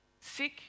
Sick